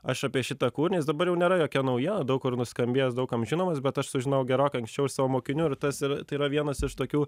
aš apie šitą kūrinį jis dabar jau nėra jokia nauja daug kur nuskambėjęs daug kam žinomas bet aš sužinojau gerokai anksčiau iš savo mokinių ir tas ir tai yra vienas iš tokių